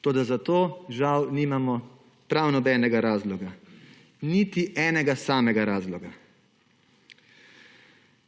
Toda za to žal nimamo prav nobenega razloga; niti enega samega razloga.